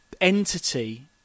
entity